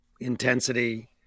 intensity